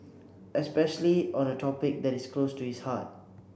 especially on a topic that is close to its heart